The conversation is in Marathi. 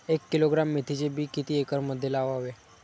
एक किलोग्रॅम मेथीचे बी किती एकरमध्ये लावावे?